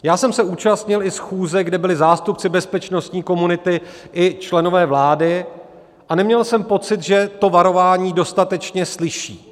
Já jsem se účasnil i schůze, kde byli zástupci bezpečnostní komunity i členové vlády, a neměl jsem pocit, že to varování dostatečně slyší.